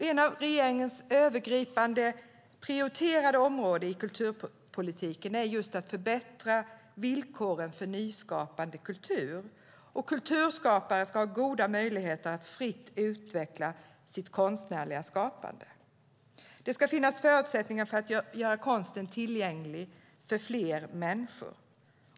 Ett av regeringens övergripande prioriterade områden inom kulturpolitiken är att förbättra villkoren för nyskapande kultur. Kulturskapare ska ha goda möjligheter att fritt utveckla sitt konstnärliga skapande. Det ska finnas förutsättningar för att göra konsten tillgänglig för fler människor.